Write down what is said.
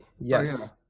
yes